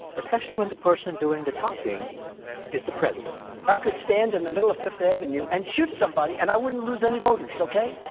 especially when the person doing the talking is the president i could stand in the middle of fifth avenue and shoot somebody, and i wouldn't lose any voters, ok?